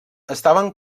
estaven